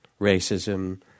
racism